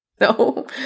No